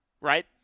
right